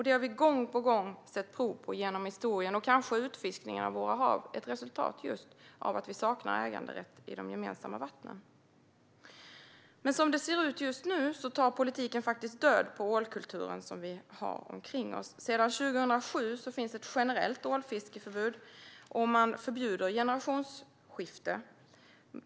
Det har vi gång på gång sett prov på genom historien. Kanske utfiskningen av våra hav är ett resultat av att vi saknar äganderätt i de gemensamma vattnen. Som det ser ut just nu tar politiken död på ålkulturen omkring oss. Sedan 2007 finns ett generellt ålfiskeförbud, och man förbjuder generationsskiften.